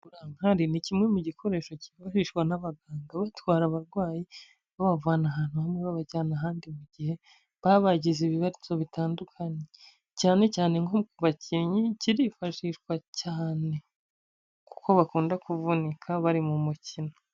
Burankare ni kimwe mu gikoresho kifashishwa n'abaganga batwara abarwayi babavana ahantu bamwe babajyana ahandi, mu gihe baba bagize ibibazo bitandukanye cyane cyane nko kubakinnyi kirifashishwa cyane kuko bakunda kuvunika bari mu mukino.